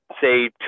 say